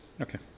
Okay